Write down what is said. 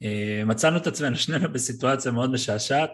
מצאנו את עצמנו שנינו בסיטואציה מאוד משעשעת.